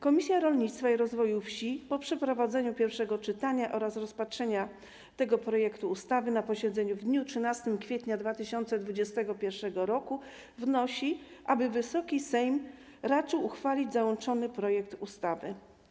Komisja Rolnictwa i Rozwoju Wsi po przeprowadzeniu pierwszego czytania oraz rozpatrzenia tego projektu ustawy na posiedzeniu w dniu 13 kwietnia 2021 r. wnosi, aby Wysoki Sejm raczył uchwalić załączony projekt ustawy.